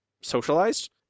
socialized